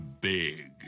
big